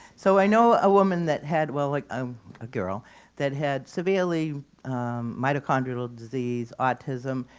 so i know a women that had, well like um a girl that had severely mitochondrial disease, autism,